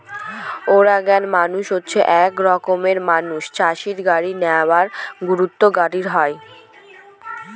wagon মানে হচ্ছে এক রকমের মানুষ চালিত গাড়ি যেমন গরুর গাড়ি হয়